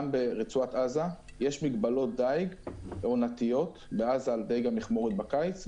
ברצועת עזה יש מגבלות דייג עונתיות בעזה על דיג המכמורת בקיץ,